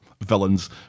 villains